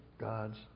God's